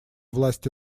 власти